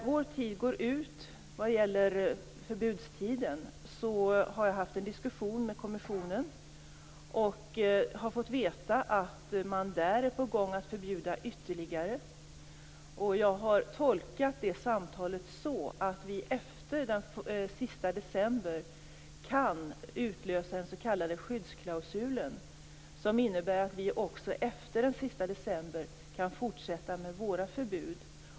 Jag har haft en diskussion med kommissionen inför övergångstidens utlöpande, och jag har fått veta att man där är på väg att införa ytterligare förbud. Jag har tolkat samtalet så att vi efter den sista december kan utlösa den s.k. skyddsklausulen, som innebär att vi också efter den sista december kan fortsätta med våra förbud.